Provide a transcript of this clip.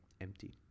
empty